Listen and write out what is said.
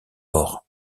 ports